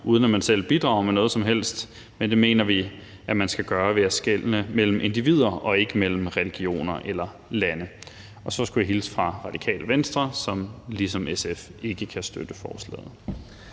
uden at man selv bidrager med noget som helst, men det mener vi at man skal gøre ved at skelne mellem individer og ikke mellem religioner eller lande. Og så skulle jeg hilse fra Radikale Venstre, som ligesom SF ikke kan støtte forslaget.